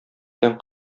белән